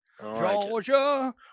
Georgia